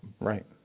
Right